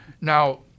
Now